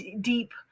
deep